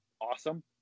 awesome